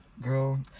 girl